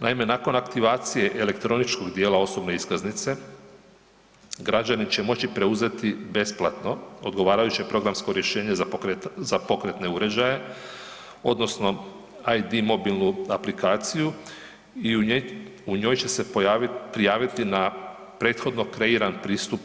Naime, nakon aktivacije elektroničkog dijela osobne iskaznice građani će moći preuzeti besplatno odgovarajuće programsko rješenje za pokretne uređaje odnosno ID mobilnu aplikaciju i u njoj će se prijaviti na prethodno kreiran pristup